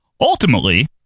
Ultimately